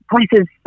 places